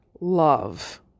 love